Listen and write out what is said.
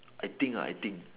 I think I think